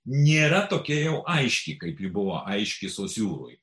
nėra tokia jau aiški kaip ji buvo aiški sosiūrui